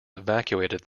evacuated